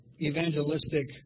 evangelistic